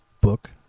book